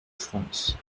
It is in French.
france